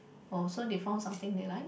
oh so they found something they like